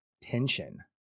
tension